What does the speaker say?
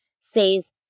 says